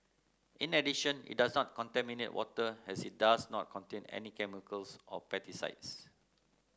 in addition it does not contaminate water as it does not contain any chemicals or pesticides